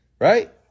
right